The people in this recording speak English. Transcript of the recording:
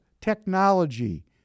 technology